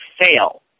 fail